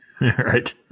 right